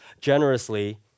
generously